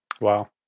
Wow